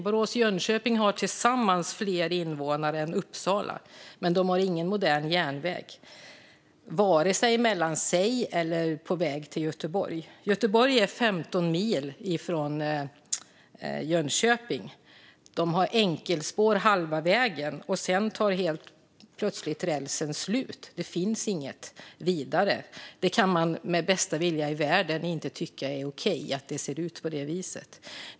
Borås och Jönköping har tillsammans fler invånare än Uppsala, men de har ingen modern järnväg vare sig mellan sig eller till Göteborg. Göteborg är 15 mil från Jönköping. De har enkelspår halva vägen, och sedan tar helt plötsligt rälsen slut. Det finns inget vidare. Man kan inte med bästa vilja i världen tycka att det är okej att det ser ut på det viset.